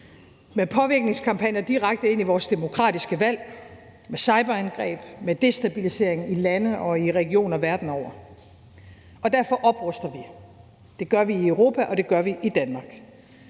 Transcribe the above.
Med påvirkningskampagner direkte ind i vores demokratiske valg, med cyberangreb og med destabilisering i lande og i regioner verden over. Derfor opruster vi. Det gør vi i Europa, og det gør vi i Danmark.